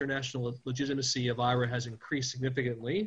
קבלת הלגיטימציה של ישראל היא חשובה מאוד,